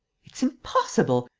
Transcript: it's impossible!